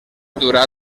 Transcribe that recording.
durà